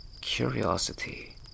curiosity